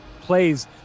plays